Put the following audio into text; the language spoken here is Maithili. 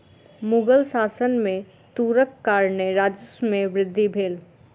मुग़ल शासन में तूरक कारणेँ राजस्व में वृद्धि भेल